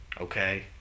okay